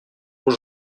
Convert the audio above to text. aux